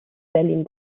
berlin